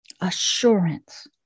assurance